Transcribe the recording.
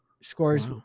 scores